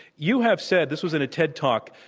you have said this was in a ted talk,